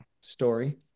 story